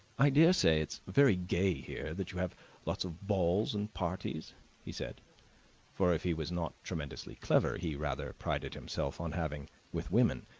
i daresay it's very gay here, that you have lots of balls and parties he said for, if he was not tremendously clever, he rather prided himself on having, with women,